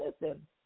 listen